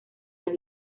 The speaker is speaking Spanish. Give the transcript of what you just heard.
las